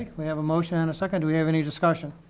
like we have a motion and a second. do we have any discussion?